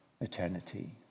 eternity